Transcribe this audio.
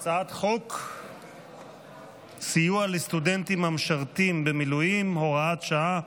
אני קובע כי הצעת חוק אספקת החשמל (הוראת שעה),